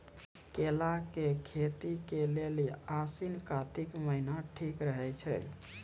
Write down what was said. केला के खेती के लेली आसिन कातिक महीना ठीक रहै छै